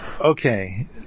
Okay